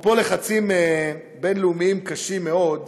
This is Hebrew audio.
אפרופו לחצים בין-לאומיים קשים מאוד,